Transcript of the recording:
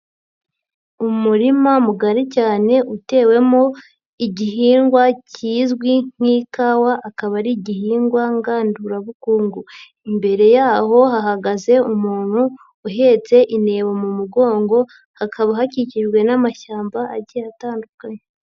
Umurima mugari cyane utewemo igihingwa kizwi nk'ikawa, akaba ari igihingwa ngandurabukungu. Imbere yaho hahagaze umuntu uhetse intebo mu mugongo, hakaba hakikijwe n'amashyamba agiye atandukanye.